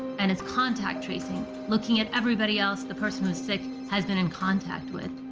and it's contact-tracing looking at everybody else the person who is sick has been in contact with.